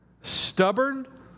Stubborn